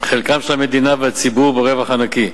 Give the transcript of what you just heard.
חלקם של המדינה והציבור ברווח הנקי,